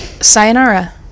Sayonara